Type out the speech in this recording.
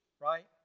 Right